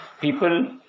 people